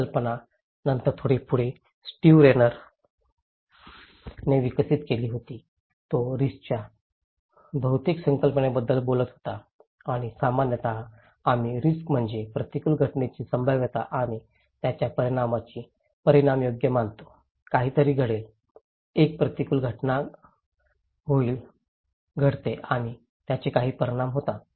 ही कल्पना नंतर थोडी पुढे स्टीव्ह रेनरने विकसित केली होती तो रिस्कच्या बहुतेक संकल्पनेबद्दल बोलत होता आणि सामान्यत आम्ही रिस्क म्हणजे प्रतिकूल घटनेची संभाव्यता आणि त्याच्या परिणामाची परिमाण योग्य मानतो काहीतरी घडेल एक प्रतिकूल घटना होईल घडते आणि त्याचे काही परिणाम होतात